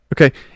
Okay